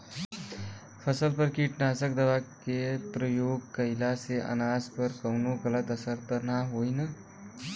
फसल पर कीटनाशक दवा क प्रयोग कइला से अनाज पर कवनो गलत असर त ना होई न?